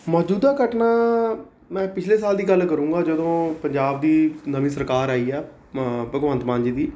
ਮੌਜੂਦਾ ਘਟਨਾ ਮੈਂ ਪਿਛਲੇ ਸਾਲ ਦੀ ਗੱਲ ਕਰਾਂਗਾ ਜਦੋਂ ਪੰਜਾਬ ਦੀ ਨਵੀਂ ਸਰਕਾਰ ਆਈ ਆ ਮ ਭਗਵੰਤ ਮਾਨ ਜੀ ਦੀ